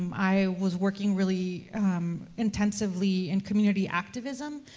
um i was working really intensively in community activism,